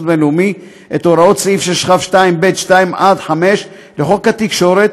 בין-לאומי את הוראות סעיף 6כ2(ב)(2) עד (5) לחוק התקשורת,